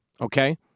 okay